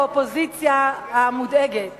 תשמע, האופוזיציה כבר ממליכה אותי לשרה,